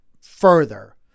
further